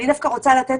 אני דווקא רוצה לתת